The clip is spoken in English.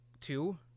two